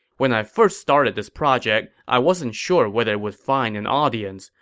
when i first started this project, i wasn't sure whether it would find an audience,